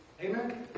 Amen